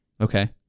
okay